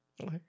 Okay